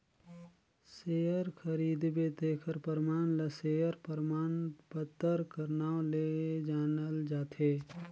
share खरीदबे तेखर परमान ल सेयर परमान पतर कर नांव ले जानल जाथे